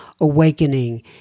awakening